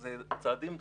אלה צעדים דרמטיים.